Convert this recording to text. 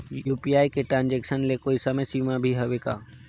UPI के transaction ले कोई समय सीमा भी हवे का?